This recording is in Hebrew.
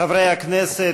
חברי הכנסת,